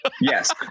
Yes